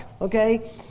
okay